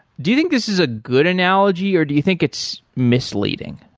do you think this is a good analogy or do you think it's misleading?